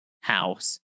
House